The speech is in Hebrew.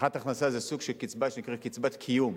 הבטחת הכנסה זה סוג של קצבה שנקראת "קצבת קיום".